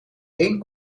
één